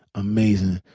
amazing.